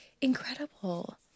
incredible